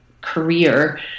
career